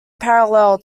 parallel